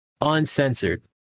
uncensored